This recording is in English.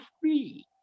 free